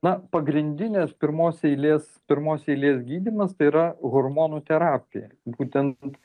na pagrindinės pirmos eilės pirmos eilės gydymas tai yra hormonų terapija būtent